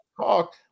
talk